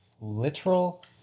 literal